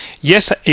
Yes